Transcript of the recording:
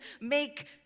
make